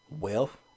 wealth